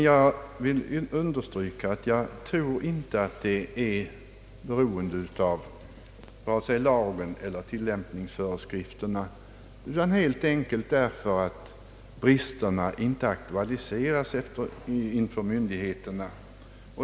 Jag tror inte att detta missförhållande beror på vare sig lagen eller tillämpningsföreskrifterna, utan denna situation uppkommer helt enkelt därför att bristerna på arbetsplatsen inte aktualiserats inför myndigheterna.